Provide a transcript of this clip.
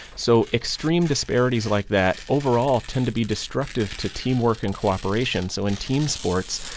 so extreme disparities like that overall tend to be destructive to teamwork and cooperation. so in team sports,